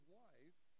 wife